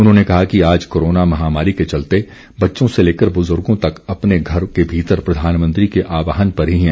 उन्होंने कहा कि आज कोरोना महामारी के चलते बच्चों से लेकर बुजुर्गों तक अपने घरों के भीतर प्रधानमंत्री के आहवान पर ही हैं